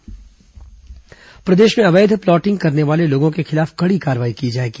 अवैध प्लाटिंग कार्रवाई प्रदेश में अवैध प्लाटिंग करने वाले लोगों के खिलाफ कड़ी कार्रवाई की जाएगी